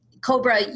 Cobra